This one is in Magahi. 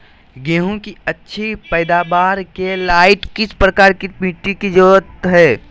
गेंहू की अच्छी पैदाबार के लाइट किस प्रकार की मिटटी की जरुरत है?